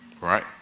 Right